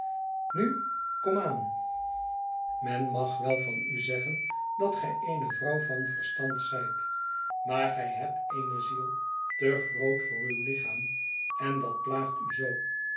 nu kom aan men mag wel van u zeggen dat gij eene vrouw van verstand zijt maar gij hebt eene ziel te groot voor uw lichaam en dat plaagt u zoo